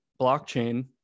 blockchain